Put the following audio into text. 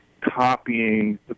copying